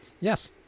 Yes